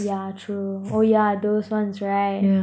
yeah true oh yeah those ones right